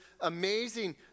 amazing